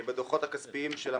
בדוחות הכספיים של המדינה.